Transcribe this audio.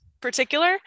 particular